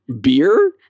beer